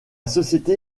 société